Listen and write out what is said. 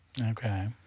Okay